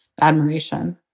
admiration